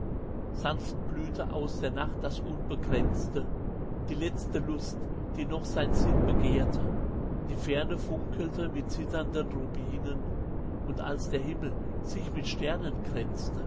sanft blühte aus der nacht das unbegrenzte die letzte lust die noch sein sinn begehrte die ferne funkelte mit zitternden rubinen und als der himmel sich mit